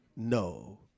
No